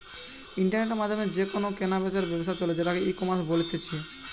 ইন্টারনেটের মাধ্যমে যে কেনা বেচার ব্যবসা চলে সেটাকে ইকমার্স বলতিছে